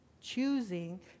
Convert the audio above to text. choosing